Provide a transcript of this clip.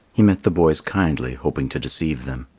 he met the boys kindly, hoping to deceive them.